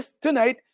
tonight